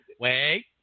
Wait